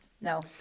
no